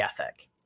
ethic